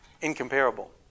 incomparable